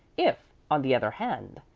if, on the other hand,